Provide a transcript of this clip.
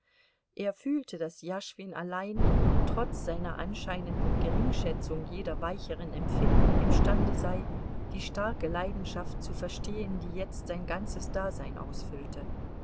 er fühlte daß jaschwin allein trotz seiner anscheinenden geringschätzung jeder weicheren empfindung imstande sei die starke leidenschaft zu verstehen die jetzt sein ganzes dasein ausfüllte